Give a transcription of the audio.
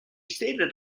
stated